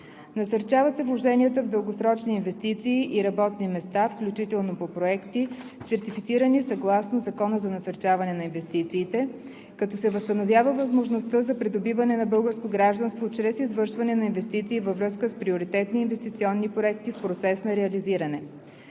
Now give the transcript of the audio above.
Насърчават се вложенията в дългосрочни инвестиции и работни места, включително по проекти, сертифицирани съгласно Закона за насърчаване на инвестициите, като се възстановява възможността за придобиване на българско гражданство чрез извършване на инвестиции във връзка с приоритетни инвестиционни проекти в процес на реализиране.